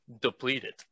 depleted